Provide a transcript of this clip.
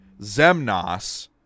Zemnos